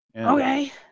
Okay